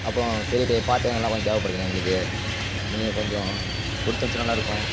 அப்புறம் பெரிய பெரிய பாத்திரங்கள்லாம் கொஞ்சம் தேவைப்படுதுண்ண எங்களுக்கு நீங்கள் கொஞ்சம் கொடுத்து அனுபிசா நல்லா இருக்கும்